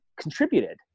contributed